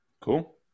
Cool